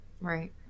Right